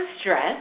stress